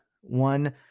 one